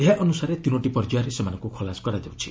ଏହା ଅନୁସାରେ ତିନୋଟି ପର୍ଯ୍ୟାୟରେ ସେମାନଙ୍କୁ ଖଲାସ କରାଯାଉଛି